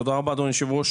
תודה רבה, אדוני היו"ר.